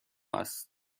است